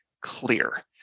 clear